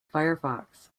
firefox